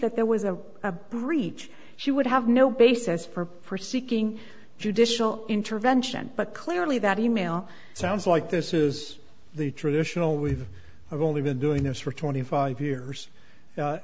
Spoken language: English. that there was a a breach she would have no basis for for seeking judicial intervention but clearly that e mail sounds like this is the traditional we've only been doing this for twenty five years